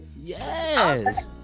Yes